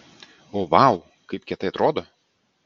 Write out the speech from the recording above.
o vau kaip kietai atrodo